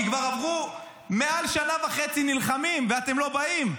כי כבר מעל שנה שנה וחצי נלחמים ואתם לא באים.